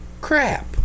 Crap